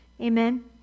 Amen